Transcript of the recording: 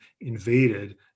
invaded